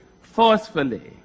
forcefully